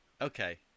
Okay